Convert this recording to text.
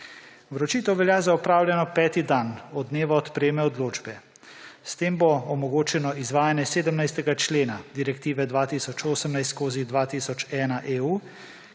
Vročitev velja za opravljeno 5. dan od dneva odpreme odločbe. S tem bo omogočeno izvajanje 17. člena direktive 2018/2001/EU,